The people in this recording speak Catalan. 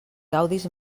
gaudis